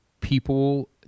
People